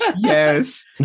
Yes